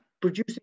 producing